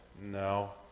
no